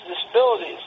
Disabilities